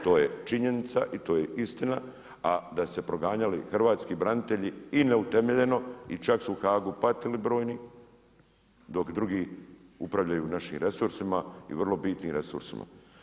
To je činjenica i to je istina, a da su se proganjali hrvatski branitelji i neutemeljeno i čak su u Haagu patili brojni dok drugi upravljaju našim resursima i vrlo bitnim resursima.